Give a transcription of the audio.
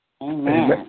Amen